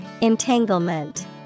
Entanglement